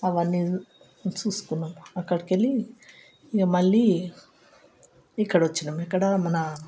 అవన్నీ చూసుకున్నాం అక్కడికి వెళ్ళి ఇక మళ్ళీ ఇక్కడ వచ్చినాం ఇక్కడ మన